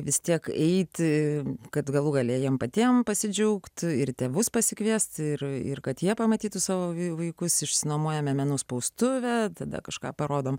vis tiek eiti kad galų gale jiems patiems pasidžiaugti ir tėvus pasikviesti ir kad jie pamatytų savo vaikus išsinuomojome menų spaustuvę tada kažką parodom